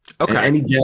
Okay